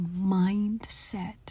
mindset